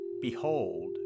Behold